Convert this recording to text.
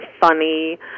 funny